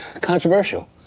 controversial